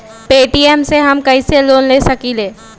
Paytm से हम कईसे लोन ले सकीले?